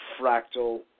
fractal